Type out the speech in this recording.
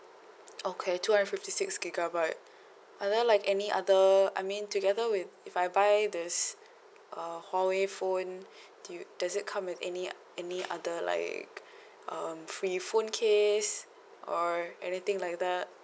okay two hundred and fifty six gigabyte are there like any other I mean together with if I buy this uh huawei phone do you does it come with any any other like um free phone case or anything like that